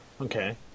Okay